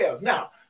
Now